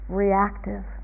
reactive